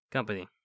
Company